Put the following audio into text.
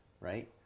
right